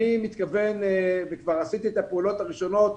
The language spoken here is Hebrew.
אני מתכוון, וכבר עשיתי את הפעולות הראשונות,